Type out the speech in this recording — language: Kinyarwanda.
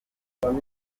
umuntu